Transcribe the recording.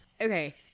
okay